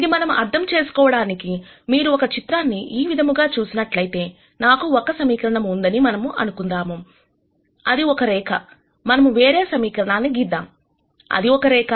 ఇది అర్థం చేసుకోవడానికి మీరు ఒక ఈ చిత్రాన్ని ఈ విధముగా చూసినట్లయితే నాకు ఒక సమీకరణము ఉందని మనము అనుకుందాము అది ఒక రేఖమనం వేరే సమీకరణాన్ని గీద్దాం అది ఒక రేఖ